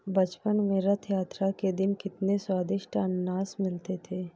बचपन में रथ यात्रा के दिन कितने स्वदिष्ट अनन्नास मिलते थे